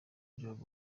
job